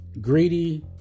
greedy